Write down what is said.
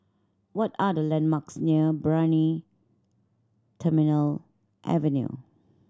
what are the landmarks near Brani Terminal Avenue